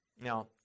Now